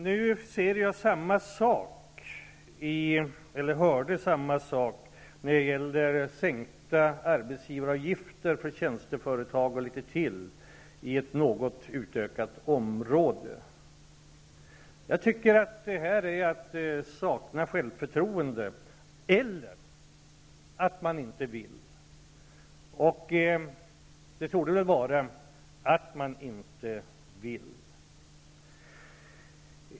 Nu hörde jag samma sak när det gällde sänkta arbetsgivaravgifter för tjänsteföretag och ytterligare något litet i ett något utökat område. Detta är att sakna självförtroende, eller att man inte vill. Det torde väl vara att man inte vill.